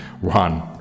one